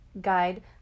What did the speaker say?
guide